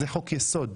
זה חוק יסוד.